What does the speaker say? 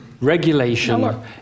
regulation